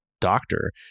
doctor